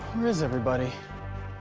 where is everybody?